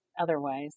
otherwise